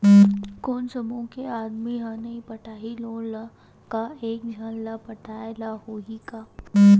कोन समूह के आदमी हा नई पटाही लोन ला का एक झन ला पटाय ला होही का?